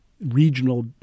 regional